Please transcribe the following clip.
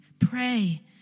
Pray